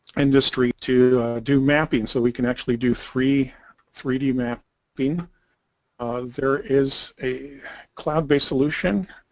industry to do mapping so we can actually do three three d map beam there is a cloud-based solution